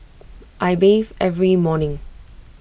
I bathe every morning